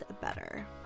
better